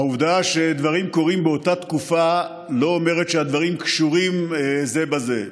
העובדה שדברים קורים באותה תקופה לא אומרת שהדברים קשורים זה בזה.